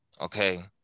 okay